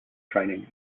training